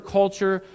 culture